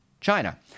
China